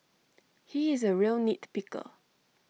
he is A real nit picker